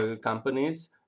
companies